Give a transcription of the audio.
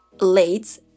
late